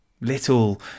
Little